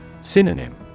Synonym